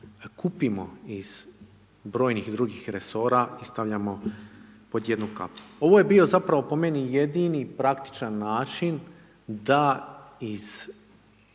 kupimo iz brojnih drugih resora i stavljamo pod 1 kapu. Ovo je bio zapravo po meni, jedini praktičan način, da iz